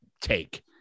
take